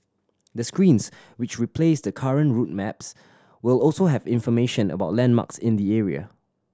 the screens which replace the current route maps will also have information about landmarks in the area